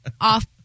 off